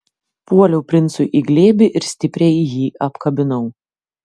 puoliau princui į glėbį ir stipriai jį apkabinau